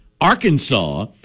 arkansas